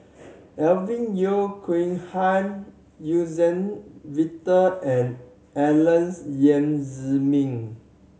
Alvin Yeo Khirn Hai Suzann Victor and Alex Yam Ziming